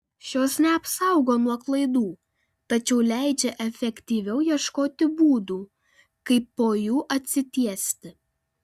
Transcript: šios neapsaugo nuo klaidų tačiau leidžia efektyviau ieškoti būdų kaip po jų atsitiesti